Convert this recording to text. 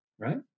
right